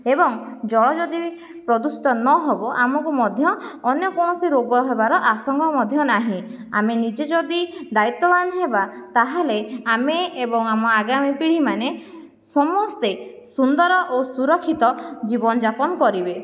ଏବଂ ଜଳ ଯଦି ପ୍ରଦୂଷିତ ନହେବ ଆମକୁ ମଧ୍ୟ ଅନ୍ୟ କୌଣସି ରୋଗ ହେବାର ଆଶଙ୍କା ମଧ୍ୟ ନାହିଁ ଆମେ ନିଜେ ଯଦି ଦାୟିତ୍ଵବାନ ହେବା ତା'ହେଲେ ଆମେ ଏବଂ ଆମ ଆଗାମୀ ପିଢ଼ିମାନେ ସମସ୍ତେ ସୁନ୍ଦର ଓ ସୁରକ୍ଷିତ ଜୀବନଯାପନ କରିବେ